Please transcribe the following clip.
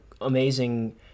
amazing